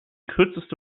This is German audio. kürzeste